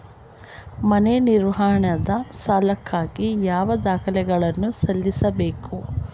ಮನೆ ನಿರ್ಮಾಣದ ಸಾಲಕ್ಕಾಗಿ ಯಾವ ದಾಖಲೆಗಳನ್ನು ಸಲ್ಲಿಸಬೇಕು?